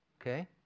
Okay